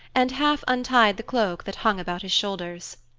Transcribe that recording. and half untied the cloak that hung about his shoulders.